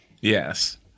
Yes